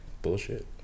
bullshit